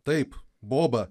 taip boba